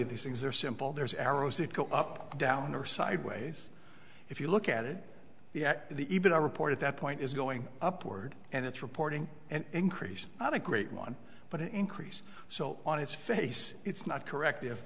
of these things are simple there's arrows that go up or down or sideways if you look at it the at the even a report at that point is going upward and it's reporting an increase not a great one but an increase so on its face it's not correct if